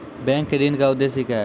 Bank के ऋण का उद्देश्य क्या हैं?